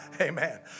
Amen